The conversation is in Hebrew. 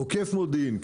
עוקף מודיעין,